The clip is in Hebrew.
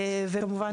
כמובן